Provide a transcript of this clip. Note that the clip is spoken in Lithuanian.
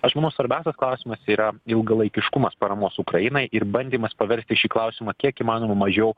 aš manau svarbiausias klausimas yra ilgalaikiškumas paramos ukrainai ir bandymas paversti šį klausimą kiek įmanoma mažiau